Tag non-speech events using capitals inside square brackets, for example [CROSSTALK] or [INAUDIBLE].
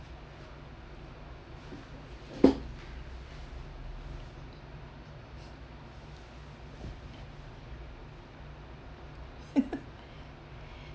[LAUGHS]